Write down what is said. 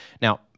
Now